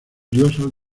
dios